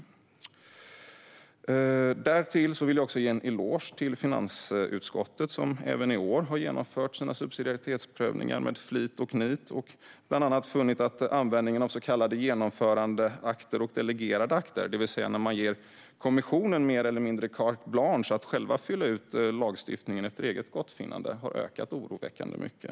Därtill vill jag ge en eloge till finansutskottet, som även i år har genomfört subsidiaritetsprövningen med flit och nit och bland annat funnit att användningen av så kallade genomförandeakter och delegerade akter, det vill säga där man ger kommissionen mer eller mindre carte blanche att fylla ut lagstiftningen efter eget gottfinnande, har ökat oroväckande mycket.